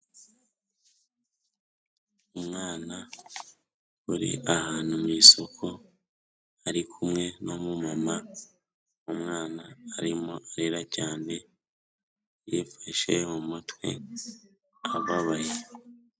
Umwana uri ahantu mu isoko, ari kumwe n'umumama, umwana arimo arira cyane, yifashe mu mutwe, ababaye.